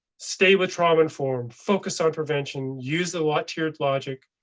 stay with trauma informed focus on prevention, use alot tiered logic.